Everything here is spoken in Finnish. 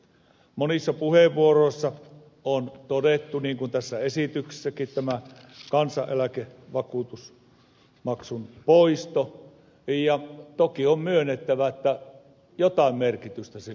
monissa puheenvuoroissa on todettu niin kuin tässä esityksessäkin tämä kansaneläkevakuutusmaksun poisto ja toki on myönnettävä että jotain merkitystä sillä on